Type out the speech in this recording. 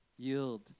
Yield